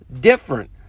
different